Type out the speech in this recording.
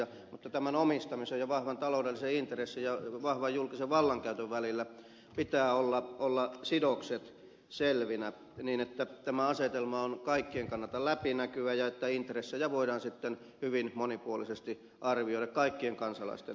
mutta tämän omistamisen ja vahvan taloudellisen intressin ja vahvan julkisen vallankäytön välillä pitää olla sidokset selvinä niin että tämä asetelma on kaikkien kannalta läpinäkyvä ja että intressejä voidaan sitten hyvin monipuolisesti arvioida kaikkien kansalaisten toimesta